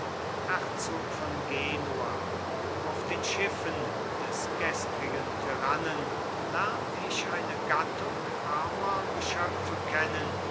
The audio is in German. herzog von genua auf den schiffen des gestrigen tyrannen lernt ich eine gattung armer geschöpfe kennen